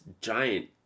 giant